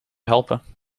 helpen